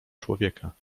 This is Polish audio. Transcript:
człowieka